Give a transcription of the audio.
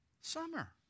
Summer